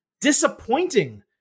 disappointing